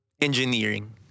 engineering